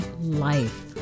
life